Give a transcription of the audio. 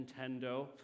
Nintendo